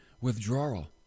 withdrawal